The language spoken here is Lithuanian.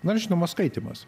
na žinoma skaitymas